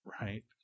right